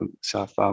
South